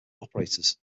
operators